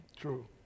True